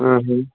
اَہن حظ